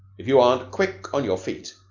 if you aren't quick on your feet,